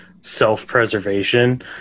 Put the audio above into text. self-preservation